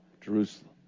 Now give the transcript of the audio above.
Jerusalem